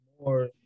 more